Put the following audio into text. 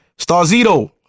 Starzito